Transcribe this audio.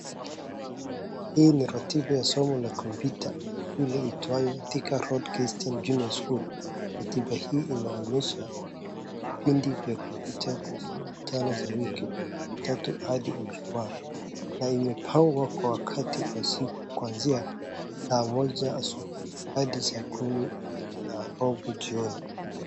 Hii ni ratiba ya somo la kompyuta la shule iitwayo Thika Road Christian Junior School .Ratiba hii inaonyesha vipindi vya kompyuta vya siku tano kwa wiki. Jumatatu hadi Ijumaa na impangwa kwa wakati wa siku kuanzia saa moja asubuhi hadi saa kumi na robo jioni.